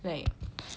like